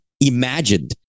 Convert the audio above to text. imagined